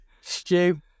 Stu